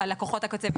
לקוחות הקצה,